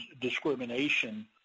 discrimination